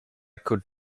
could